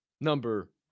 number